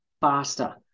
faster